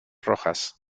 rojas